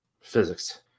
Physics